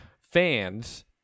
fans